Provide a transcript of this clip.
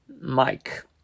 Mike